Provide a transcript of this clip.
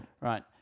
right